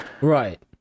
Right